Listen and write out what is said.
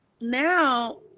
now